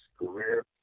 career